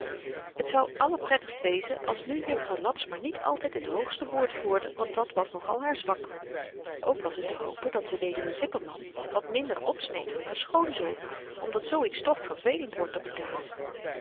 t zou allerprettigst wezen als nu juffrouw laps maar niet altyd het hoogste woord voerde want dat was nogal haar zwak ook was het te hopen dat de weduwe zipperman wat minder opsneed van haar schoonzoon omdat zoo iets toch vervelend wordt op t laatst